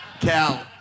Cal